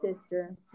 sister